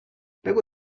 بگو